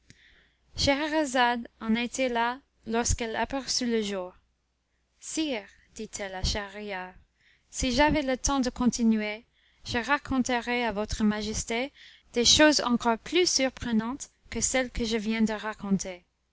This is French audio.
scheherazade en était là lorsqu'elle aperçut le jour sire ditelle à schahriar si j'avais le temps de continuer je raconterais à votre majesté des choses encore plus surprenantes que celles que je viens de raconter